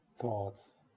thoughts